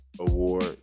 Award